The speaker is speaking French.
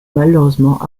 malheureusement